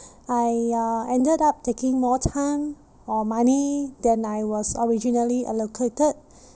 I uh ended up taking more time or money than I was originally allocated